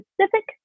specific